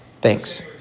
thanks